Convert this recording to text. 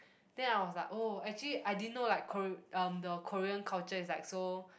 then I was like oh actually I didn't know like Kor~ uh the Korean culture is like so